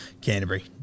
Canterbury